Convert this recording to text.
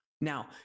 Now